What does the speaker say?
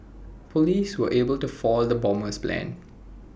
Police were able to foil the bomber's plans